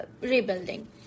rebuilding